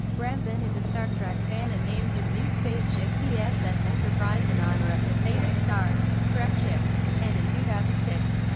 branson is a star trek fan and named his new spaceship vss enterprise in honour of the famous star trek ships, and in two thousand and six,